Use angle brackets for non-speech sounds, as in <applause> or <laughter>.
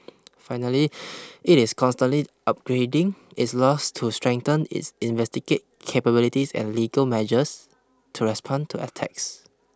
finally <noise> it is constantly upgrading its laws to strengthen its investigate capabilities and legal measures to respond to attacks